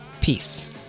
Peace